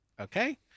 Okay